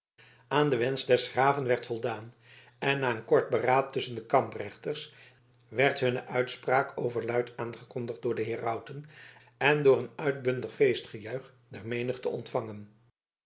aan den wensch des graven werd voldaan en na een kort beraad tusschen de kamprechters werd hunne uitspraak overluid aangekondigd door de herauten en door een uitbundig feestgejuich der menigte ontvangen